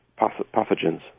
pathogens